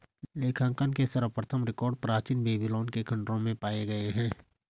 लेखांकन के सर्वप्रथम रिकॉर्ड प्राचीन बेबीलोन के खंडहरों में पाए गए हैं